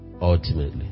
ultimately